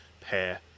pair